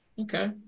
Okay